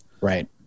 right